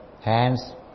hands